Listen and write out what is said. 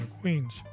Queens